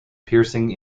piercing